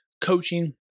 coaching